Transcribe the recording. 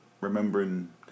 remembering